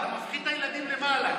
אתה מפחיד את הילדים למעלה.